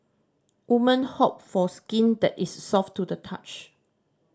women hope for skin that is soft to the touch